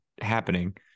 happening